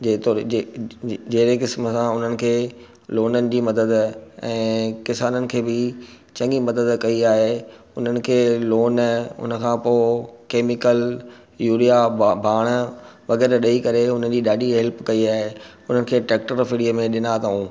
जेतिरे जहिड़े क़िस्म सां उन्हनि खे लोननि जी मदद ऐं किसाननि खे बि चङी मदद कई आहे उन्हनि खे लोन उन खां पोइ केमिकल यूरिया भाण वग़ैरह ॾई करे उन्हनि जी ॾाढी हेल्प कई आहे उन खे टेकटर फ़्रीअ में ॾिना अथऊं